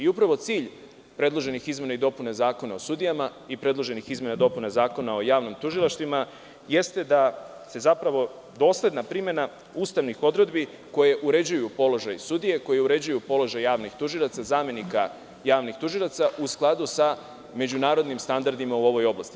Upravo cilj predloženih izmena i dopuna Zakona o sudijama i predloženih izmena i dopuna Zakona o javnim tužilaštvima jeste da dosledna primena ustavnih odredbi, koje uređuju položaj sudije, koje uređuju položaj javnih tužilaca, zamenika javnih tužilaca, bude u skladu sa međunarodnim standardima u ovoj oblasti.